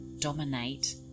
dominate